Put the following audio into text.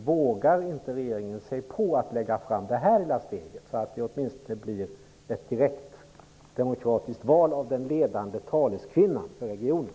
Vågar inte regeringen lägga fram det här lilla steget, så att det åtminstone blir ett direkt, demokratiskt val av den ledande taleskvinnan för regionen?